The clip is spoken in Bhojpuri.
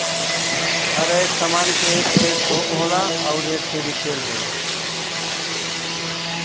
हर एक सामान के एक ठे थोक होला अउर एक ठे रीटेल